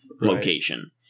location